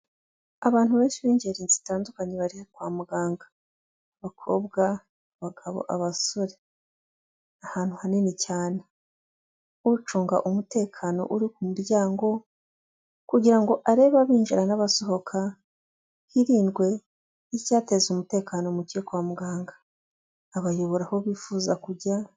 Abantu benshi b'ingeri zitandukanye bari kwa muganga, abakobwa, abagabo, abasore. Ahantu hanini cyane, ucunga umutekano uri ku muryango kugira ngo arebe abinjira n'abasohoka, hirindwe n'icyateza umutekano muke kwa muganga abayobora aho bifuza kujya.